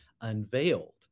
unveiled